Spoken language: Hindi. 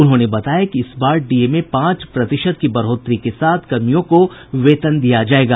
उन्होंने बताया कि इस बार डीए में पांच प्रतिशत की बढ़ोतरी के साथ कर्मियों को वेतन दिया जायेगा